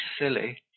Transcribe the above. silly